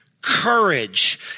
courage